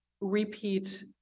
repeat